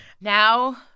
Now